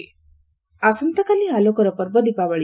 ବାଣପ୍ରଟା ଆସନ୍ତାକାଲି ଆଲୋକର ପର୍ବ ଦୀପାବଳି